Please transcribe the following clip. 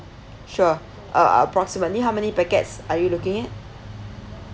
sure uh approximately how many packets are you looking at